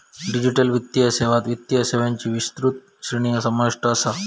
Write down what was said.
digital वित्तीय सेवात वित्तीय सेवांची विस्तृत श्रेणी समाविष्ट असा